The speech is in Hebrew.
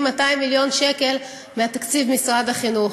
200 מיליון שקל מתקציב משרד החינוך,